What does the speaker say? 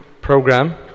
program